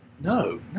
No